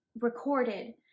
recorded